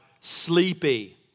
sleepy